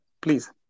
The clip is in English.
Please